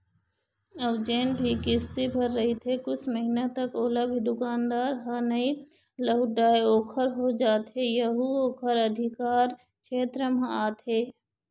अउ जेन भी किस्ती भर रहिथे कुछ महिना तक ओला भी दुकानदार ह नइ लहुटाय ओखर हो जाथे यहू ओखर अधिकार छेत्र म आथे